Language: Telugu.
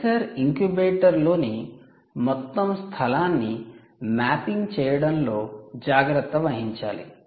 సెన్సార్ ఇంక్యుబేటర్ లోని మొత్తం స్థలాన్ని మ్యాపింగ్ చేయడంలో జాగ్రత్త వహించాలి